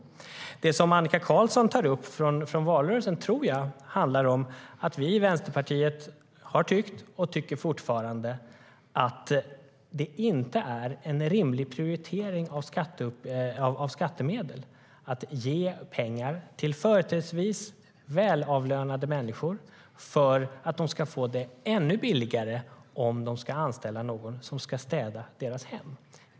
Det som Annika Qarlsson tar upp från valrörelsen tror jag handlar om att vi i Vänsterpartiet har tyckt och fortfarande tycker att det inte är en rimlig prioritering av skattemedel att ge pengar till företrädesvis välavlönade människor för att det ska bli ännu billigare för dem att anställa någon som ska städa deras hem.